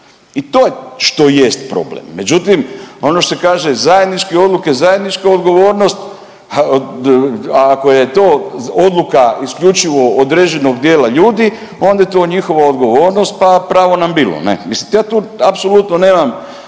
I to je što jest problem. Međutim, ono što se kaže zajedničke odluke, zajednička odgovornost a ako je to odluka isključivo određenog dijela ljudi onda je to njihova odgovornost, pa pravo nam bilo. Ne? Mislim ja tu apsolutno nemam